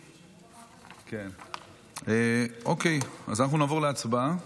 אז אנחנו נעבור להצבעה.